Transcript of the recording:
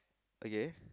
okay